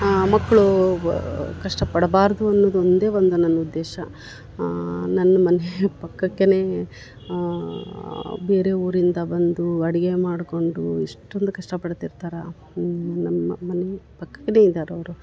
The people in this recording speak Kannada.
ಆ ಮಕ್ಕಳು ಕಷ್ಟ ಪಡ್ಬಾರದು ಅನ್ನೋದು ಒಂದೇ ಒಂದು ನನ್ನ ಉದ್ದೇಶ ನನ್ನ ಮನೆ ಪಕ್ಕಕ್ಕೆನೇ ಬೇರೆ ಊರಿಂದ ಬಂದು ಅಡಿಗೆ ಮಾಡ್ಕೊಂಡು ಎಷ್ಟೊಂದು ಕಷ್ಟ ಪಡ್ತಿರ್ತಾರೆ ನಮ್ಮ ಮನೆ ಪಕ್ಕಕ್ಕೆನೇ ಇದಾರೆ ಅವರು